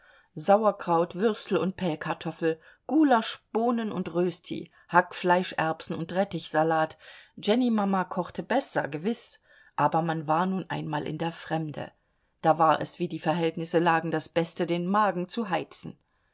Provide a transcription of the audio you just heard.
sauerkraut würstel und pellkartoffel gulasch bohnen und rösti hackfleisch erbsen und rettichsalat jennymama kochte besser gewiß aber man war nun einmal in der fremde da war es wie die verhältnisse lagen das beste den magen zu heizen